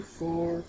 four